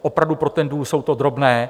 Opravdu, pro ten důl jsou to drobné.